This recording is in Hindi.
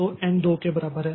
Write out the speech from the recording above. तो एन 2 के बराबर है